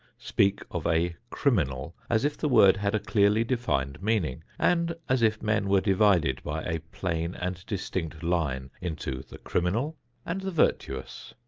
speak of a criminal as if the word had a clearly defined meaning and as if men were divided by a plain and distinct line into the criminal and the virtuous.